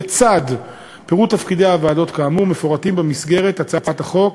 לצד פירוט תפקידי הוועדות כאמור מפורטים במסגרת הצעת החוק